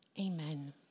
Amen